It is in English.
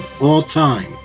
all-time